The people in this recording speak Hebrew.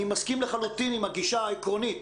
אני מסכים לחלוטין עם הגישה העקרונית,